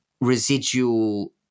residual